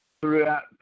throughout